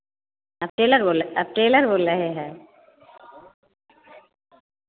आप टेलर बोल रहे आप टेलर बोल रहे हैं